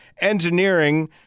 Engineering